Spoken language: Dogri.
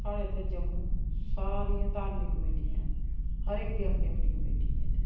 साढ़ै इत्थै जम्मू सारियां धार्मिक कमेटियां हैन हर इक दी अपनी अपनी कमेटी ऐ इत्थै